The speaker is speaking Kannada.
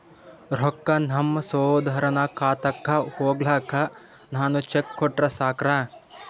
ರೊಕ್ಕ ನಮ್ಮಸಹೋದರನ ಖಾತಕ್ಕ ಹೋಗ್ಲಾಕ್ಕ ನಾನು ಚೆಕ್ ಕೊಟ್ರ ಸಾಕ್ರ?